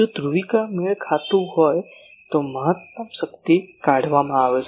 જો ધ્રુવીકરણ મેળ ખાતું હોય તો મહત્તમ શક્તિ કાઢવામાં આવશે